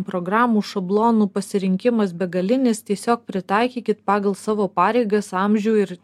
programų šablonų pasirinkimas begalinis tiesiog pritaikykit pagal savo pareigas amžių ir